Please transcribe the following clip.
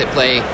play